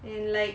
and like